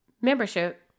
membership